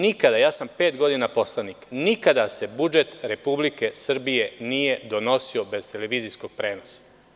Nikada, ja sam pet godina poslanik, nikada se budžet Republike Srbije nije donosio bez televizijskog prenosa.